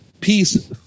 peace